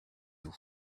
d’où